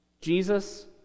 Jesus